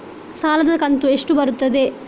ಸಾಲದ ಕಂತು ಎಷ್ಟು ಬರುತ್ತದೆ?